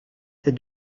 est